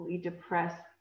depressed